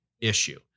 issue